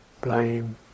blame